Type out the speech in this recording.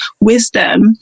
wisdom